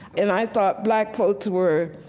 and i thought black folks were